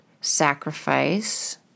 sacrifice